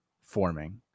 forming